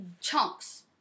chunks